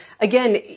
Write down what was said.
again